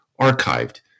archived